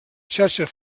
xarxes